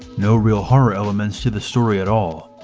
no real horror elements to the story at all,